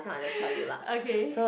okay